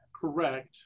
correct